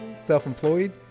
self-employed